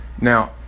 Now